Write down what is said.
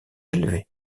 élevée